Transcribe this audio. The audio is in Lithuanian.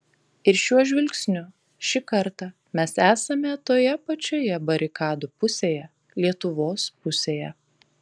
ir šiuo žvilgsniu šį kartą mes esame toje pačioje barikadų pusėje lietuvos pusėje